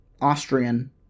Austrian